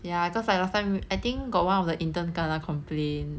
ya cause like last time I think got one of the intern gonna complain